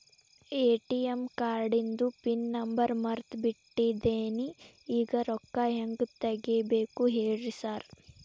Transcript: ATM ಕಾರ್ಡಿಂದು pin number ಮರ್ತ್ ಬಿಟ್ಟಿದೇನಿ ಈಗ ರೊಕ್ಕಾ ಹೆಂಗ್ ತೆಗೆಬೇಕು ಹೇಳ್ರಿ ಸಾರ್